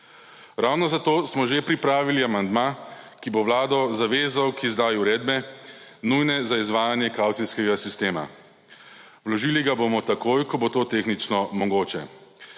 Ravno zato smo že pripravili amandma, ki bo vlado zavezal k izdaji uredbe, nujne za izvajanje kavcijskega sistema. Vložili ga bomo takoj, ko bo to tehnično mogoče.